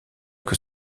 que